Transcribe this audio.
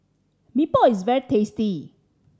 Mee Pok is very tasty